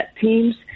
teams